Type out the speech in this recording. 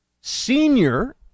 senior